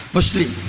Muslim